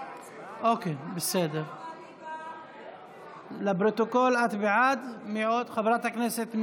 מתן העדפה למשרתים בהעדפה מתקנת),